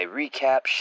recap